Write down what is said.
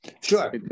Sure